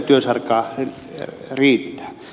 työsarkaa riittää